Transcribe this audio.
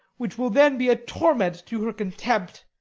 which will then be a torment to her contempt.